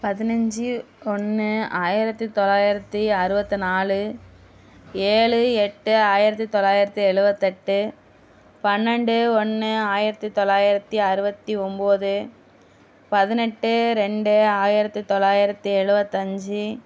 பதினஞ்சி ஒன்று ஆயிரத்தி தொள்ளாயிரத்தி அறுபத்து நாலு ஏழு எட்டு ஆயிரத்தி தொள்ளாயிரத்தி எழுபத்தெட்டு பன்னெண்டு ஒன்று ஆயிரத்தி தொள்ளாயிரத்தி அறுபத்தி ஒம்போது பதினெட்டு ரெண்டு ஆயிரத்தி தொள்ளாயிரத்தி எழுபத்தஞ்சி